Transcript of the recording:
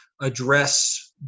address